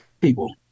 people